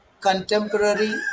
contemporary